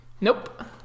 Nope